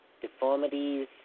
deformities